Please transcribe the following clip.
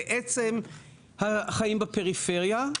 לעצם החיים בפריפריה.